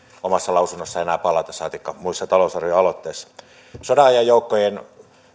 omassa lausunnossaan enää palata saatikka muissa talousarvioaloitteissa ministeri on sodanajan joukkojen